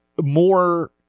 more